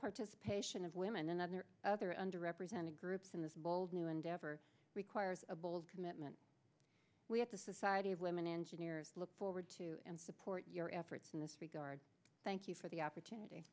participation of women and other other under represented groups in this bold new endeavor requires a bold commitment we at the society of women engineers look forward to and support your efforts in this regard thank you for the opportunity